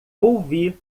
ouvi